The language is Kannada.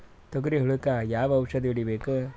ತೊಗರಿ ಹುಳಕ ಯಾವ ಔಷಧಿ ಹೋಡಿಬೇಕು?